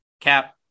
cap